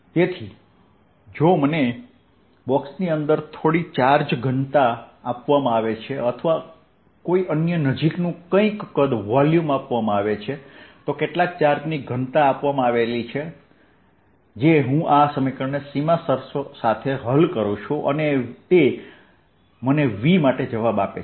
તેથી જો મને બોક્સની અંદર થોડી ચાર્જ ઘનતા આપવામાં આવે છે અથવા કોઈ અન્ય નજીકનું કંઈક કદ આપવામાં આવે છે તો કેટલાક ચાર્જની ઘનતા આપવામાં આવે છે હું આ સમીકરણને સીમા શરતો સાથે હલ કરું છું અને તે મને V માટે જવાબ આપે છે